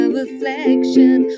reflection